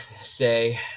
say